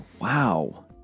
wow